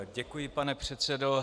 Děkuji, pane předsedo.